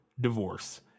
divorce